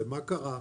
מה קרה?